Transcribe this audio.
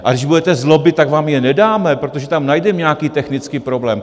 A když budete zlobit, tak vám je nedáme, protože tam najdeme nějaký technický problém.